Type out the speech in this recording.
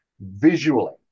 visually